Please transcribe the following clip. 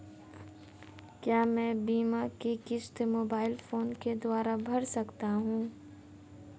क्या मैं बीमा की किश्त मोबाइल फोन के द्वारा भर सकता हूं?